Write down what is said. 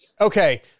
Okay